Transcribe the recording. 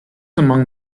among